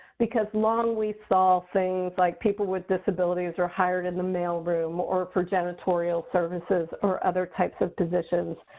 because long we saw things like people with disabilities are hired in the mailroom or for janitorial services or other types of positions.